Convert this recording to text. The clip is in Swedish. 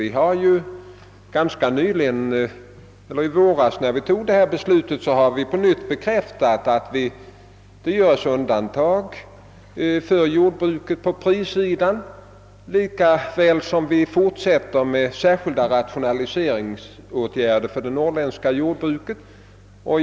Med det beslut vi fattade i våras, bekräftade vi på nytt att det görs undantag på prissidan för jordbruket likaväl som att vi vill fortsätta med särskilda rationaliseringsåtgärder för det norrländska jordbruket.